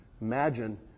Imagine